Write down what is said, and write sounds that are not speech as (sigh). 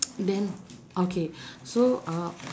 (noise) then okay so uh